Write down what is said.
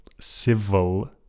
civil